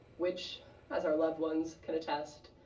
which as our loved ones can attest,